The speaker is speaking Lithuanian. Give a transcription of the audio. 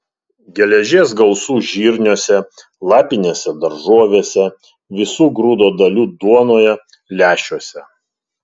geležies gausu žirniuose lapinėse daržovėse visų grūdo dalių duonoje lęšiuose